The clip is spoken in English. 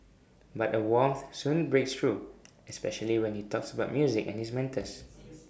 but A warmth soon breaks through especially when he talks about music and his mentors